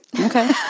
Okay